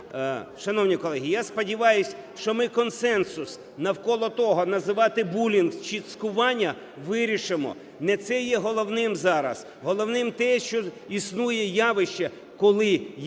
Шановні колеги! Я сподіваюсь, що ми консенсус навколо того: називати "булінг" чи "цькування", - вирішимо, не це є головним зараз. Головне - те, що існує явище, коли є